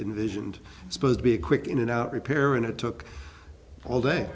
envisioned supposed to be a quick in and out repair and it took all day